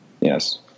Yes